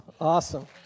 Awesome